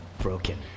broken